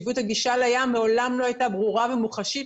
הגישה לים מעולם לא הייתה ברורה ומוחשית